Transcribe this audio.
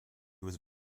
was